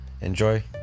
enjoy